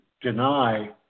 deny